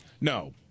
No